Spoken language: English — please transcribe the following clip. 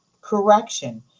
correction